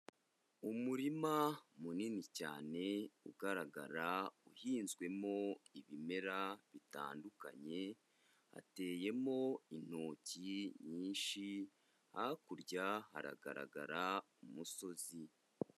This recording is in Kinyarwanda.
Umurima munini cyane ugaragara uhinzwemo ibimera bitandukanye. Hateyemo intoki nyinshi, hakurya haragaragara umusozi.